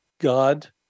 God